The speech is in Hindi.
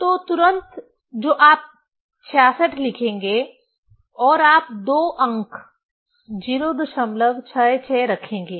तो तुरंत जो आप 66 लिखेंगे और आप दो अंक 066 रखेंगे